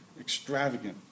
extravagant